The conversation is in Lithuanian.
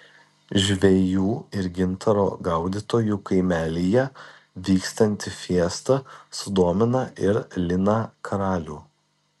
žvejų ir gintaro gaudytojų kaimelyje vykstanti fiesta sudomino ir liną karalių